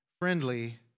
friendly